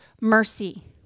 mercy